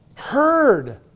heard